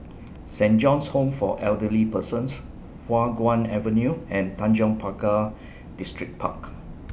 Saint John's Home For Elderly Persons Hua Guan Avenue and Tanjong Pagar Distripark